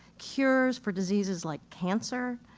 cures for diseases like cancer.